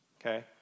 okay